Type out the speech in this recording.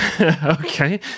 Okay